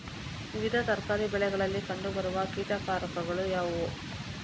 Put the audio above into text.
ವಿವಿಧ ತರಕಾರಿ ಬೆಳೆಗಳಲ್ಲಿ ಕಂಡು ಬರುವ ಕೀಟಕಾರಕಗಳು ಯಾವುವು?